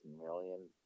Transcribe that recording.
million